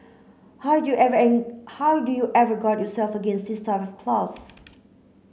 how do you ever how do you ever guard yourself against this type of clause